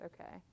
Okay